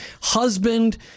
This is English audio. husband